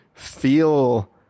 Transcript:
feel